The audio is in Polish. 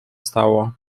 stało